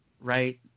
right